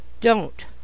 Don't